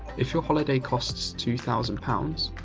if your holiday cost two thousand pounds,